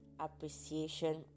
appreciation